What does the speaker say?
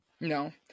No